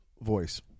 voice